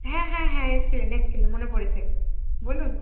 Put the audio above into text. হ্যাঁ হ্যাঁ হ্যাঁ এসেছিলেন এসেছিলেন মনে পড়েছে বলুন